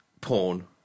porn